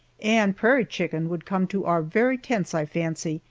and prairie chicken would come to our very tents, i fancy,